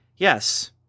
Yes